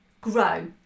grow